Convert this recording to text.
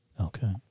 Okay